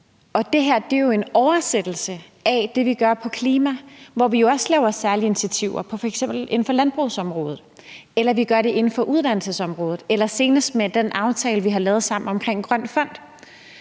er jo en oversættelse af det, vi gør på klimaområdet, hvor vi også laver særlige initiativer, f.eks. inden for landbrugsområdet, eller vi gør det inden for uddannelsesområdet eller senest med den aftale, vi sammen har lavet om en grøn fond.